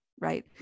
right